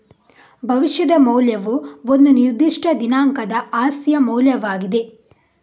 ಭವಿಷ್ಯದ ಮೌಲ್ಯವು ಒಂದು ನಿರ್ದಿಷ್ಟ ದಿನಾಂಕದ ಆಸ್ತಿಯ ಮೌಲ್ಯವಾಗಿದೆ